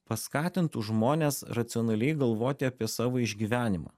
paskatintų žmones racionaliai galvoti apie savo išgyvenimą